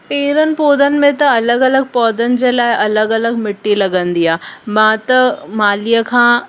पेड़नि पौधनि में त अलॻि अलॻि पौधनि जे लाइ अलॻि अलॻि मिटी लॻंदी आहे मां त मालीअ खां